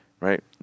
right